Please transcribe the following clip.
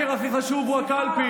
הסקר הכי חשוב הוא הקלפי.